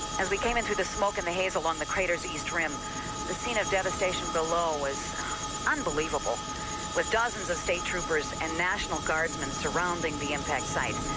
as we came in through the smoke and the haze along the crater's east rim the scene of devastation below was unbelievable with dozens of state troopers and national guardsmen surrounding the impact site.